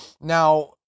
Now